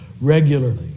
regularly